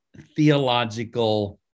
theological